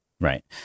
Right